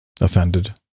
offended